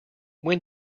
when